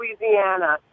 Louisiana